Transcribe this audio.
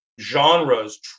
genres